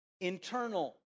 internal